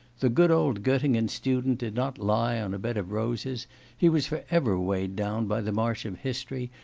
the good old gottingen student did not lie on a bed of roses he was for ever weighed down by the march of history,